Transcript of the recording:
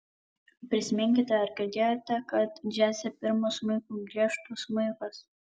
prisiminkite ar girdėjote kad džiaze pirmu smuiku griežtų smuikas